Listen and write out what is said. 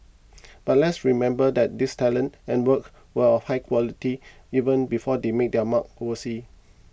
but let's remember that these talents and work were of high quality even before they made their mark overseas